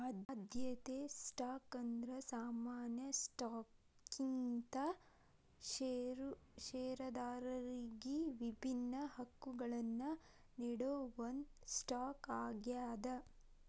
ಆದ್ಯತೆ ಸ್ಟಾಕ್ ಅಂದ್ರ ಸಾಮಾನ್ಯ ಸ್ಟಾಕ್ಗಿಂತ ಷೇರದಾರರಿಗಿ ವಿಭಿನ್ನ ಹಕ್ಕಗಳನ್ನ ನೇಡೋ ಒಂದ್ ಸ್ಟಾಕ್ ಆಗ್ಯಾದ